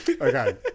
okay